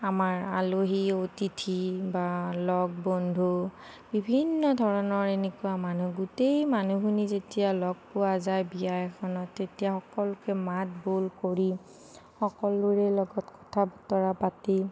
আমাৰ আলহী অতিথি বা লগ বন্ধু বিভিন্ন ধৰণৰ এনেকুৱা মানুহ গোটেই মানুহখিনি যেতিয়া লগ পোৱা যায় বিয়া এখনত তেতিয়া সকলোকে মাত বোল কৰি সকলোৰে লগত কথা বতৰা পাতি